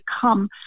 come